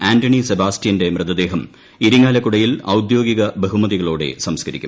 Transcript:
ആന്റണി സെബാസ്റ്റ്യന്റെ മൃതദേഹം ഇരിങ്ങാലിക്കു ടയിൽ ഔദ്യോഗിക ബഹുമതികളോടെ സംസ്കരിക്കും